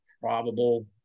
probable